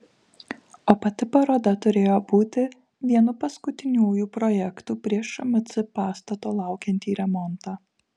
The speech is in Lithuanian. o pati paroda turėjo būti vienu paskutiniųjų projektų prieš šmc pastato laukiantį remontą